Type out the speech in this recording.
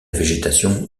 végétation